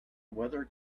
weather